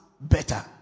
better